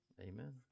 Amen